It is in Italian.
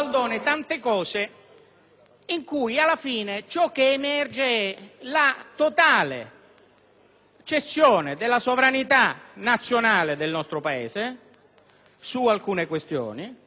cessione della sovranità nazionale del nostro Paese su alcune questioni pagate dai contribuenti italiani con l'addizionale sulla tassa del gas che colpirà solo l'ENI